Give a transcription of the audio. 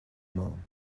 mum